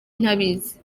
ntabizi